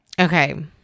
Okay